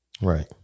Right